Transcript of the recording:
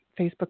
Facebook